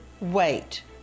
wait